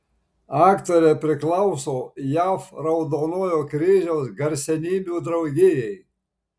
aktorė priklauso jav raudonojo kryžiaus garsenybių draugijai